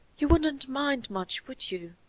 you wouldn't mind much, would you,